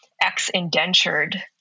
ex-indentured